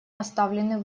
оставлены